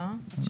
בבקשה.